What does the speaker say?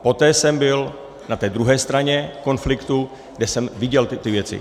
Poté jsem byl na té druhé straně konfliktu, kde jsem viděl ty věci.